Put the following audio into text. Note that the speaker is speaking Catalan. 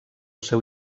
seu